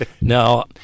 No